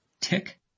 tick